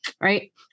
right